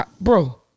Bro